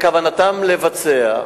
בכוונתם לבצע.